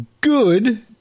good